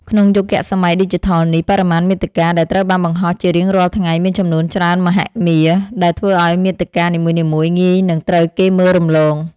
ក្នុងយុគសម័យឌីជីថលនេះ បរិមាណមាតិកាដែលត្រូវបានបង្ហោះជារៀងរាល់ថ្ងៃមានចំនួនច្រើនមហិមា ដែលធ្វើឱ្យមាតិកានីមួយៗងាយនឹងត្រូវគេមើលរំលង។